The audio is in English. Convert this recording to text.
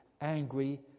angry